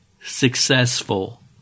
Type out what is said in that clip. successful